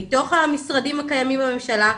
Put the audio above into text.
מתוך המשרדים הקיימים בממשלה,